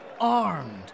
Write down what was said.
Armed